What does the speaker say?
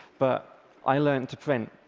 but i learned to print.